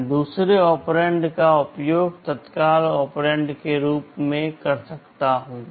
मैं दूसरे ऑपरेंड का उपयोग तत्काल ऑपरेंड के रूप में कर सकता हूं